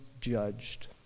judged